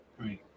Right